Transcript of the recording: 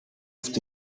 ufite